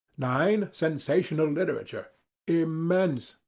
nine. sensational literature immense.